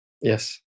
yes